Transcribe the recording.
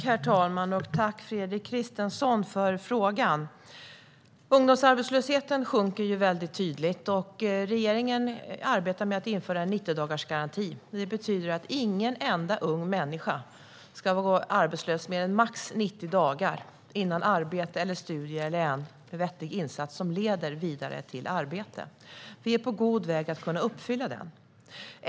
Herr talman! Tack, Fredrik Christensson, för frågan! Det är tydligt att ungdomsarbetslösheten sjunker. Regeringen arbetar med att införa en 90-dagarsgaranti. Det betyder att inte en enda ung människa ska vara arbetslös i mer än max 90 dagar innan man går vidare till studier eller andra insatser som leder till arbete. Vi är på god väg att kunna uppfylla detta.